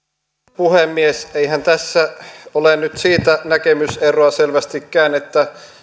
puhemies eihän tässä ole nyt siitä selvästikään näkemys eroa että